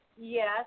Yes